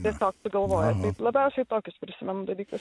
tiesiog sugalvoję labiausiai tokius prisimenu dalykus